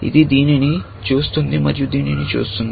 ఇది దీనిని చూస్తుంది మరియు దీనిని చూస్తుంది